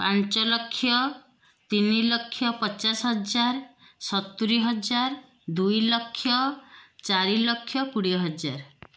ପାଞ୍ଚ ଲକ୍ଷ ତିନି ଲକ୍ଷ ପଚାଶ ହଜାର ସତୁରୀ ହଜାର ଦୁଇ ଲକ୍ଷ ଚାରି ଲକ୍ଷ କୋଡ଼ିଏ ହଜାର